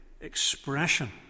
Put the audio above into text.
expression